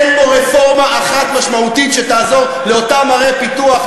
אין בו רפורמה אחת משמעותית שתעזור לאותן ערי פיתוח,